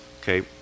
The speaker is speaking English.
Okay